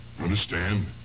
Understand